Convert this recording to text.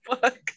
fuck